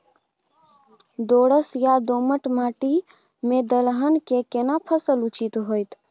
दोरस या दोमट माटी में दलहन के केना फसल उचित होतै?